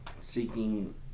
seeking